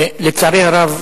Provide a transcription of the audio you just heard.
לצערי הרב,